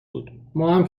بود، ماهم